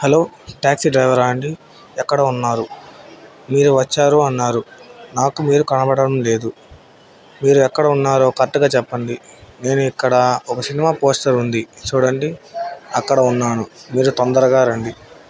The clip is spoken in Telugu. హలో ట్యాక్సీ డ్రైవరా అండి ఎక్కడ ఉన్నారు మీరు వచ్చారు అన్నారు నాకు మీరు కనపడడం లేదు మీరు ఎక్కడ ఉన్నారో కరెక్ట్గా చెప్పండి నేను ఇక్కడ ఒక సినిమా పోస్టర్ ఉంది చూడండి అక్కడ ఉన్నాను మీరు తొందరగా రండి